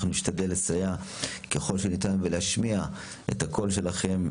אנחנו נשתדל לסייע ככל שניתן ולהשמיע את הקול שלכם,